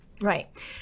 Right